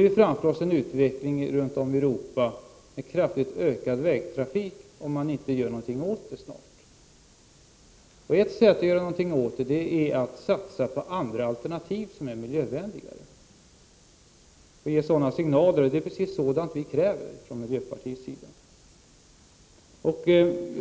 vi framför oss en utveckling med kraftigt ökad vägtrafik runt om i Europa, om man inte gör någonting åt det snart. Ett sätt att göra något åt det är att man satsar på andra alternativ som är miljövänligare och ger sådana signaler. Det är precis vad vi från miljöpartiet kräver.